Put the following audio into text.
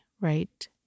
right